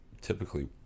typically